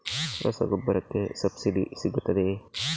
ರಸಗೊಬ್ಬರಕ್ಕೆ ಸಬ್ಸಿಡಿ ಸಿಗುತ್ತದೆಯೇ?